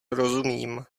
rozumím